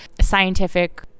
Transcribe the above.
scientific